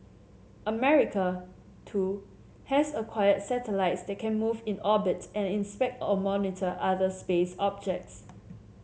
America too has acquired satellites that can move in orbit and inspect or monitor other space objects